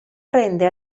prende